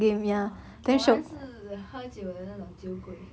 !wah! 果然是喝酒的那种酒鬼